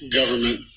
government